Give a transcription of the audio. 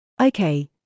Okay